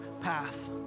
path